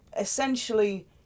Essentially